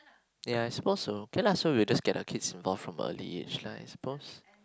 ya I suppose so kay lah so we'll just get our kids involved form early age lah I suppose